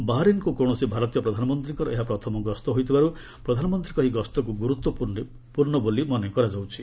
ବାହାରିନ୍କୁ କୌଣସି ଭାରତୀୟ ପ୍ରଧାନମନ୍ତ୍ରୀଙ୍କର ଏହା ପ୍ରଥମ ଗସ୍ତ ହୋଇଥିବାରୁ ପ୍ରଧାନମନ୍ତ୍ରୀଙ୍କ ଏହି ଗସ୍ତକୁ ଗୁରୁତ୍ୱପୂର୍ଣ୍ଣ ବୋଲି ମନେ କରାଯାଉଛି